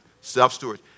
Self-steward